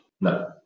No